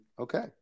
okay